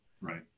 right